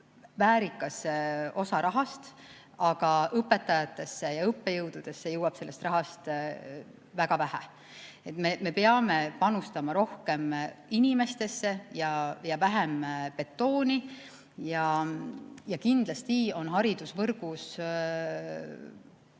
väärikas osa rahast. Aga õpetajatesse ja õppejõududesse jõuab sellest rahast väga vähe. Me peame panustama rohkem inimestesse ja vähem betooni. Ja kindlasti on haridusvõrgus